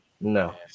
No